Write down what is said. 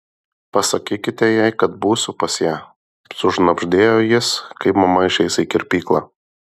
pasakykite jai kad būsiu pas ją sušnabždėjo jis kai mama išeis į kirpyklą